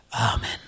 Amen